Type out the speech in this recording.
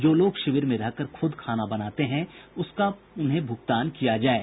जो लोग शिविर में रहकर खुद खाना बनाते हैं उन्हें उसका भूगतान किया जाये